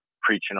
preaching